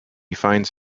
finds